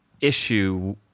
issue